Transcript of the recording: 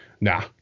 nah